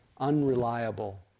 unreliable